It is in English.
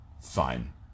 Fine